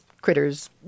critters